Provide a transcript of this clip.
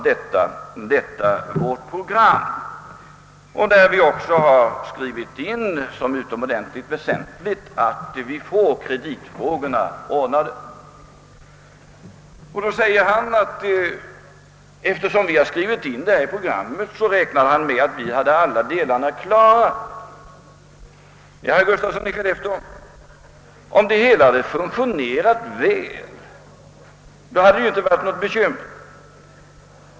I vårt program har vi också skrivit in som utomordentligt väsentligt att kreditfrågorna måste lösas. Herr Gustafsson i Skellefteå sade att eftersom detta skrivits in i programmet räknade han med att vi hade alla detaljerna klara. Ja, herr Gustafsson, om det hela hade funktionerat väl, hade det inte rått några bekymmer.